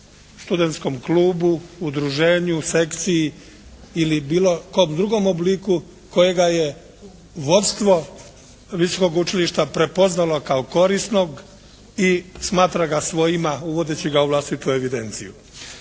studentskom klubu, udruženju, sekti ili bilo kom drugom obliku kojega je vodstvo visokog učilišta prepoznalo kao korisnog i smatra ga svojima uvodeći ga u vlastitu evidenciju.